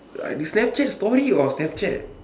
I Snapchat story or Snapchat